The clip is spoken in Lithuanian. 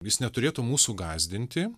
jis neturėtų mūsų gąsdinti